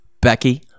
Becky